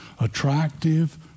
attractive